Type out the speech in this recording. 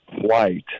white